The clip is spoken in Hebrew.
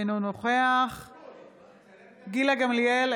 אינו נוכח גילה גמליאל,